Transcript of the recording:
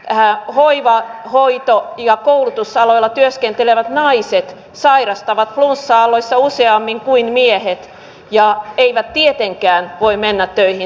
hän hoivaa hoitoa ja koulutusaloilla työskentelevät naiset sairastavat flunssa aalloissa useammin kuin miehet ja eivät tietenkään voi mennä töihin